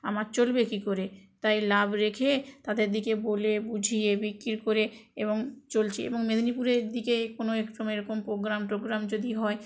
আমার চলবে কি করে তাই লাভ রেখে তাদের দিকে বলে বুঝিয়ে বিক্রি করে এবং চলছি এবং মেদিনীপুরের দিকে কোনও এক সময় এরকম প্রোগ্রাম টোগ্রাম যদি হয়